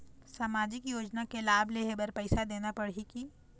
सामाजिक योजना के लाभ लेहे बर पैसा देना पड़ही की?